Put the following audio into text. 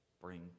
bring